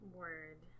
word